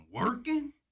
working